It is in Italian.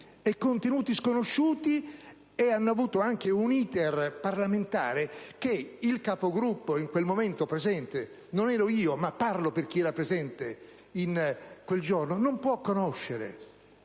contenuti sconosciuti e hanno anche avuto un *iter* parlamentare che il Capogruppo in quel momento presente (non ero io, ma parlo per chi era presente quel giorno) non può conoscere.